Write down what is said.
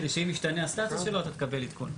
כדי שאם ישתנה הסטטוס שלו אתה תקבל עדכון.